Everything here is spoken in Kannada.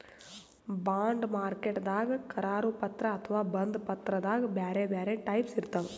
ಬಾಂಡ್ ಮಾರ್ಕೆಟ್ದಾಗ್ ಕರಾರು ಪತ್ರ ಅಥವಾ ಬಂಧ ಪತ್ರದಾಗ್ ಬ್ಯಾರೆ ಬ್ಯಾರೆ ಟೈಪ್ಸ್ ಇರ್ತವ್